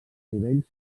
nivells